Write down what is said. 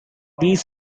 these